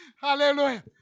Hallelujah